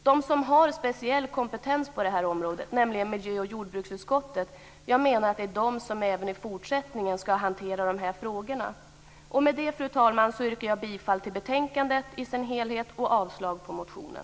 De som har speciell kompetens på området, nämligen miljö och jordbruksutskottet, är de som även i fortsättningen ska hantera de här frågorna. Med detta, fru talman, yrkar jag bifall till hemställan i betänkandet i dess helhet och avslag på motionen.